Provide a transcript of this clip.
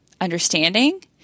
understanding